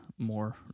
more